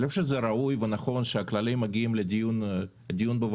אני לא חושב שזה ראוי ונכון שהכללים מגיעים לדיון בוועדה,